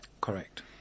Correct